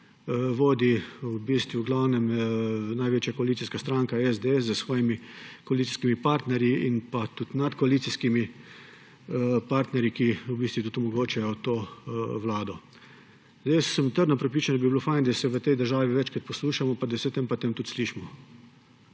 v glavnem največja koalicijska stranka SD s svojimi koalicijskimi partnerji in tudi nadkoalicijskimi partnerji, ki v bistvu tudi omogočajo to vlado. Trdno sem prepričan, da bi bilo fino, da se v tej državi večkrat poslušamo, pa da se tam pa tam tudi slišimo.